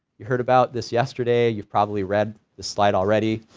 you heard about this yesterday, you've probably read this slide already,